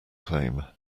claim